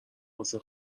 واسه